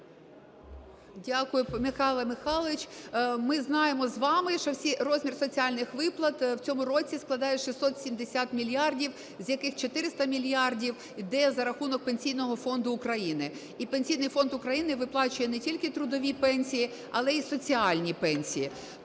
Дякую, Михайле Михайловичу. Ми знаємо з вами, що розмір соціальних виплат в цьому році складає 670 мільярдів, з яких 400 мільярдів йде за рахунок Пенсійного фонду України. І Пенсійний фонд України виплачує не тільки трудові пенсії, але і соціальні пенсії.